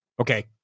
Okay